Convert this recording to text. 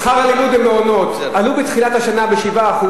שכר הלימוד במעונות עלה בתחילת השנה ב-7%,